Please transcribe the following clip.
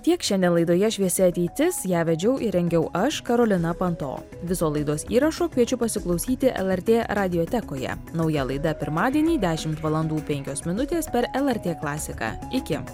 tiek šiandien laidoje šviesi ateitis ją vedžiau ir rengiau aš karolina panto viso laidos įrašo kviečiu pasiklausyti lrt radiotekoje nauja laida pirmadienį dešimt valandų penkios minutės per lrt klasiką iki